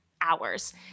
hours